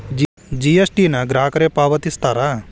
GST ನ ಗ್ರಾಹಕರೇ ಪಾವತಿಸ್ತಾರಾ